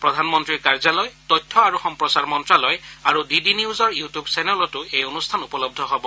প্ৰধানমন্ত্ৰীৰ কাৰ্যালয় তথ্য আৰু সম্প্ৰচাৰ মন্ত্ৰালয় আৰু ডি ডি নিউজৰ ইউটিউব চেনেলতো এই অনুষ্ঠান উপলব্ধ হ'ব